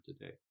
today